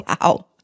wow